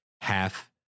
half